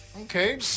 Okay